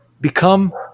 become